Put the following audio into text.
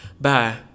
Bye